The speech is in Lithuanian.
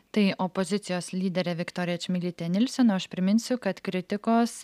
tai opozicijos lyderė viktorija čmilytė nylsen o aš priminsiu kad kritikos